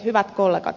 hyvät kollegat